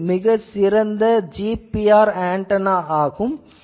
இது மிக சிறந்த GPR ஆன்டெனா ஆகும்